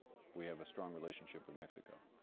we have a strong relationship with mexico.